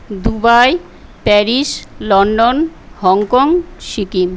Dubai Paris London Hong Kong Sikkim